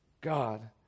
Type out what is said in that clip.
god